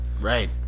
Right